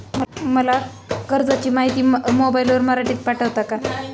मला कर्जाची माहिती मोबाईलवर मराठीत पाठवता का?